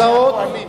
לכן: הסעות,